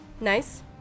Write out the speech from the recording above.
Nice